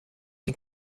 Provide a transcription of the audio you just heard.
den